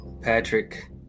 Patrick